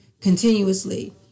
continuously